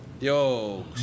Yo